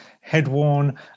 head-worn